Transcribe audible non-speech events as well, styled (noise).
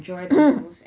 (noise)